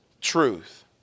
truth